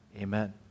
Amen